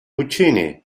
puccini